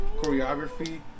choreography